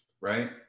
right